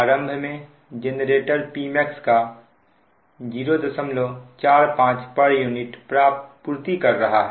आरंभ में generator Pmax का 045 pu पूर्ति कर रहा है